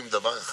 בדנמרק